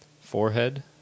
forehead